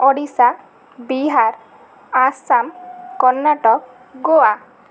Odisha Bihar Assam Karnataka Goa